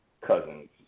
Cousins